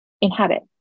inhabit